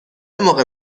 موقع